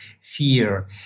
fear